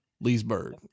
leesburg